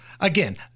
Again